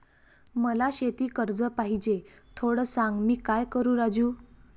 मला शेती कर्ज पाहिजे, थोडं सांग, मी काय करू राजू?